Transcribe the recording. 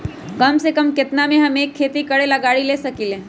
कम से कम केतना में हम एक खेती करेला गाड़ी ले सकींले?